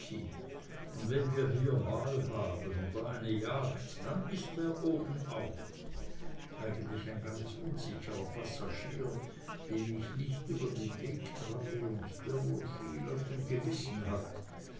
und wenn wir hier wahl haben oder eine jagd dann ist er obenauf eigentlich ein ganz unsicherer passagier dem ich nicht über den weg traue und der wohl viel auf dem gewissen hat